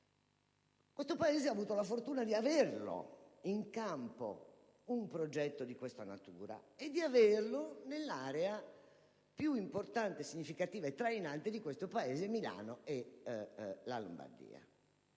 Questo Paese ha avuto la fortuna di avere in campo un progetto di questa natura e di averlo nell'area più importante, significativa e trainante: Milano e la Lombardia.